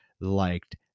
liked